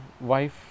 wife